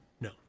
No